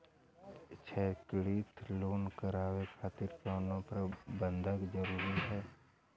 शैक्षणिक लोन करावे खातिर कउनो बंधक जरूरी बा?